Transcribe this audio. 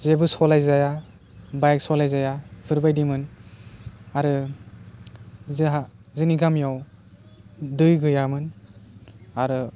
जेबो सलाइ जाया बाइक सालाइ जाया बेफोर बायदिमोन आरो जोंहा जोंनि गामियाव दै गैयामोन आरो